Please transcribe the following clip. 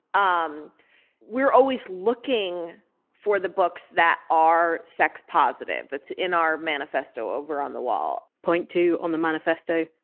um we're always looking for the books that are sex positive that's in our manifesto over on the wall point two on the manifesto!